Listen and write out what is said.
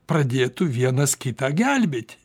pradėtų vienas kitą gelbėti